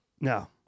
No